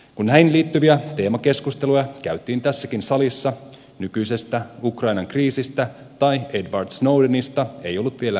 kun näihin liittyviä teemakeskusteluja käytiin tässäkin salissa nykyisestä ukrainan kriisistä tai edward snowdenista ei ollut vielä tietoakaan